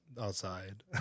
outside